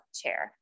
chair